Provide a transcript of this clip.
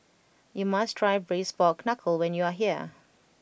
you must try Braised Pork Knuckle when you are here